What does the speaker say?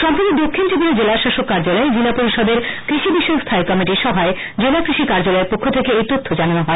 সম্প্রতি দক্ষিন ত্রিপুরা জেলাশাসক কার্যালয়ে জিলা পরিষদের কৃষি বিষয়ক স্হায়ী কমিটির সভায় জেলা কৃষি কার্যালয়ের পক্ষ থেকে এই তথ্য জানানো হয়েছে